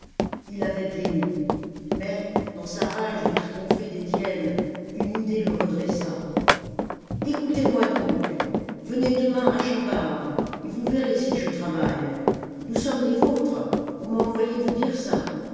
il avait blêmi mais dans sa rage de triompher d'étienne une idée le redressa écoutez-moi donc venez demain à jean bart et vous verrez si je travaille nous sommes des vôtres on m'a envoyé vous dire ça